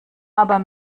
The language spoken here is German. aber